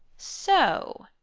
so